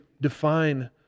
define